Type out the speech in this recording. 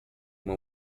uma